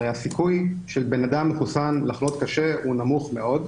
הרי הסיכוי של בן אדם מחוסן לחלות קשה הוא נמוך מאוד.